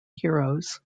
heroes